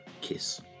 Kiss